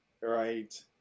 right